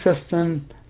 system